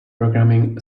programming